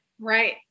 Right